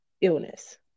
illness